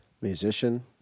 musician